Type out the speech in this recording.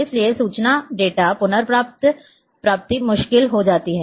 इसलिए सूचना डेटा पुनर्प्राप्ति मुश्किल हो जाता है